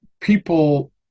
People